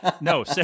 No